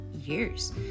years